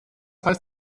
heißt